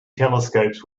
telescopes